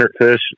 fish